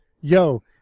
Yo